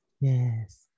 Yes